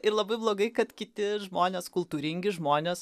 ir labai blogai kad kiti žmonės kultūringi žmonės